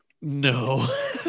No